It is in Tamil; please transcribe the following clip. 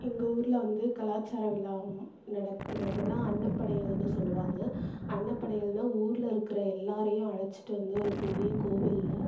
எங்கள் ஊரில் வந்து கலாச்சார விழா வந்து நடக்கிறதுனா அன்னப்படையல்னு சொல்வாங்க அன்னப்படையல்னா ஊரில் இருக்கிற எல்லோரையும் அழைச்சிட்டு வந்து ஒரு பெரிய கோவிலில்